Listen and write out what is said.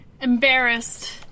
Embarrassed